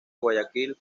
guayaquil